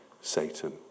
Satan